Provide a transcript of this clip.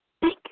Thank